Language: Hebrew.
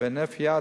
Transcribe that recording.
ובהינף יד,